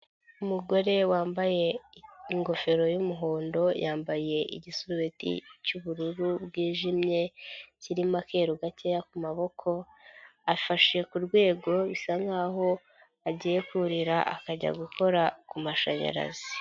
Umugore wambaye ingofero y'umuhondo yambaye igisuweti cy'ubururu bwijimye kirimo akeru gake ku maboko afashe ku rwego bisa nk'aho agiye kurira akajya gukora ku mashanyarazi.